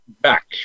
back